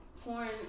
porn